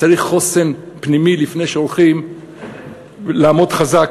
צריך חוסן פנימי לפני שהולכים לעמוד חזק